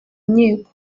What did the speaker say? nkiko